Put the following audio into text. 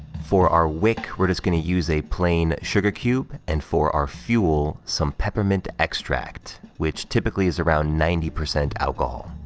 for our wick, we're just gonna use a plain sugar cube, and for our fuel, some peppermint extract, which typically is around ninety percent alcohol.